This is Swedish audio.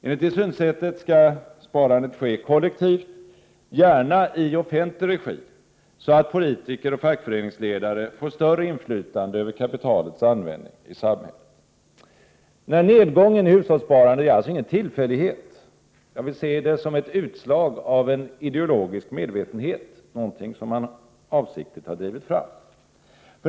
Enligt det synsättet skall sparandet ske kollektivt, gärna i offentlig regi, så att politiker och fackföreningsledare får större inflytande över kapitalets användning i samhället. Nedgången i hushållssparandet är alltså ingen tillfällighet. Jag vill se det som ett utslag av ideologisk medvetenhet, någonting som man avsiktligt har drivit fram.